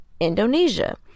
Indonesia